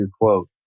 quote